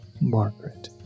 Margaret